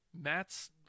Matt's